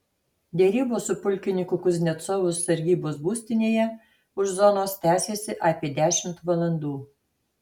derybos su pulkininku kuznecovu sargybos būstinėje už zonos tęsėsi apie dešimt valandų